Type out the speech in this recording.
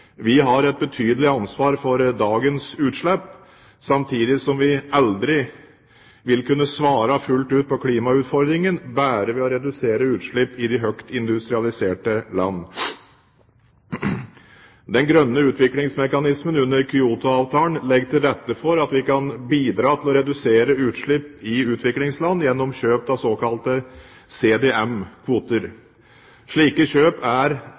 Vi har et betydelig ansvar for dagens utslipp. Samtidig vil vi aldri kunne svare fullt ut på klimautfordringen bare ved å redusere utslipp i de høyt industrialiserte land. Den grønne utviklingsmekanismen under Kyoto-avtalen legger til rette for at vi kan bidra til å redusere utslipp i utviklingsland gjennom kjøp av såkalte CDM-kvoter. Slike kjøp er